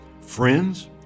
Friends